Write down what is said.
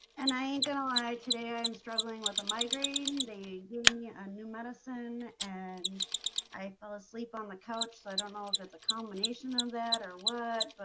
and i ain't gonna lie today i am struggling with a migraine they gave me ah a new medicine and i fell asleep on the couch so, i don't know if it's a combination of that or what but